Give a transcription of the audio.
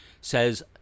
says